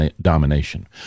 domination